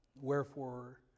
Wherefore